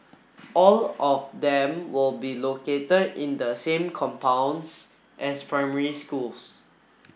all of them will be located in the same compounds as primary schools